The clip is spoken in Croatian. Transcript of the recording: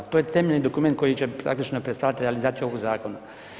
To je temeljni dokument koji će praktično predstavljati realizaciju ovog zakona.